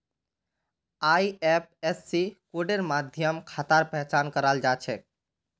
IFSC कोडेर माध्यम खातार पहचान कराल जा छेक